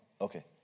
okay